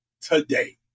today